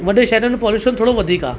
वॾे शहिरनि में पॉल्यूशन थोरो वधीक आहे